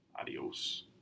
Adios